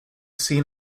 seen